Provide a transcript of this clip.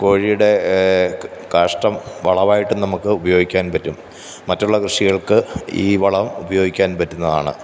കോഴിയുടെ കാഷ്ടം വളമായിട്ട് നമുക്ക് ഉപയോഗിക്കാന് പറ്റും മറ്റുള്ള കൃഷികള്ക്ക് ഈ വളം ഉപയോഗിക്കാന് പറ്റുന്നതാണ്